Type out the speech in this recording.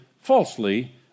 falsely